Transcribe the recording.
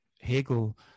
hegel